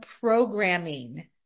programming